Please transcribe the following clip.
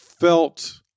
felt